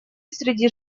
среди